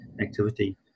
activity